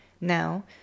Now